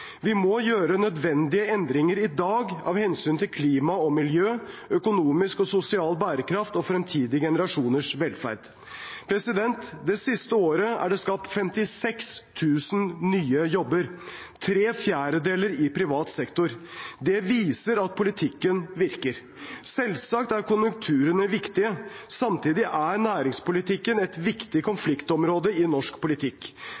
Vi må gjøre nødvendige endringer i dag av hensyn til klima og miljø, økonomisk og sosial bærekraft og fremtidige generasjoners velferd. Det siste året er det skapt 56 000 nye jobber – tre fjerdedeler i privat sektor. Det viser at politikken virker. Selvsagt er konjunkturene viktige. Samtidig er næringspolitikken et viktig konfliktområde i norsk politikk.